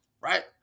right